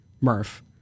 Murph